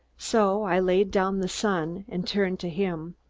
so i laid down the sun, and turned to him.